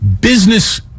business